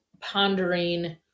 pondering